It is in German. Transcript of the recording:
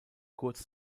kurz